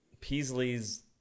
Peasley's